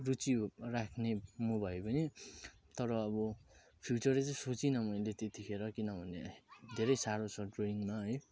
रुचि राख्ने म भए पनि तर अब फ्युचरै चाहिँ सोचिनँ मैले त्यतिखेर किनभने धेरै साह्रो छ ड्रइङमा है